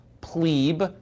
plebe